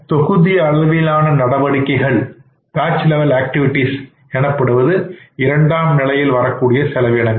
தொகுதி அளவிலான நடவடிக்கைகள் எனப்படுவது இரண்டாவது நிலையில் வரக்கூடிய செலவுகள்